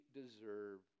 deserve